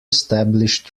established